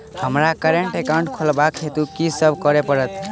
हमरा current account खोलेवाक हेतु की सब करऽ पड़त?